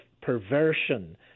perversion